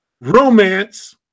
romance